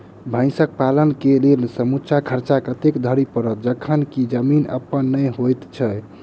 भैंसक पालन केँ लेल समूचा खर्चा कतेक धरि पड़त? जखन की जमीन अप्पन नै होइत छी